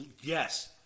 yes